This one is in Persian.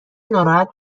ناراحت